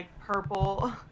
purple